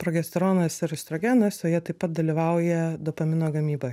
progesteronas ir estrogenas o jie taip pat dalyvauja dopamino gamyboj